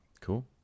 Cool